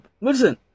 listen